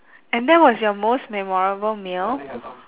and that was your most memorable meal